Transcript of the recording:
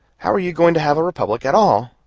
how are you going to have a republic at all,